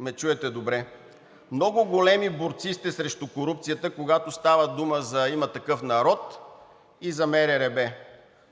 ме чуете добре. Много големи борци сте срещу корупцията, когато става дума за „Има такъв народ“ и за МРРБ,